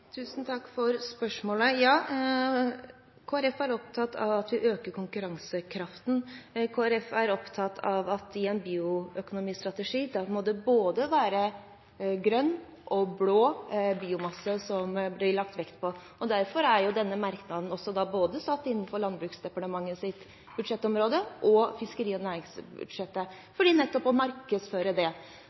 Tusen takk for spørsmålet. Ja, Kristelig Folkeparti er opptatt av at vi øker konkurransekraften. Kristelig Folkeparti er opptatt av at det i en bioøkonomistrategi må bli lagt vekt på både grønn og blå biomasse. Derfor er denne merknaden også satt innenfor både Landbruksdepartements og Nærings- og fiskeridepartementets budsjettområde for nettopp å markedsføre det.